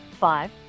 Five